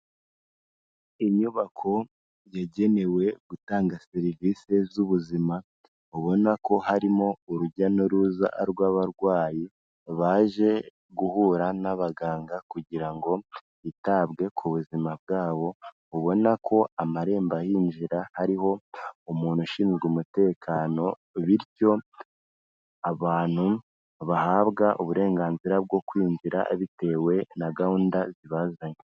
Inyubako yagenewe gutanga serivise z'ubuzima, ubona ko harimo urujya n'uruza rw'abarwayi baje guhura n'abaganga kugira ngo hitabwe ku buzima bwabo, ubona ko amarembo ahinjira hariho umuntu ushinzwe umutekano bityo abantu bahabwa uburenganzira bwo kwinjira bitewe na gahunda zibazanye.